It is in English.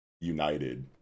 united